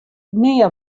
nea